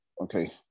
Okay